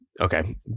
okay